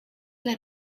led